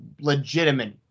legitimate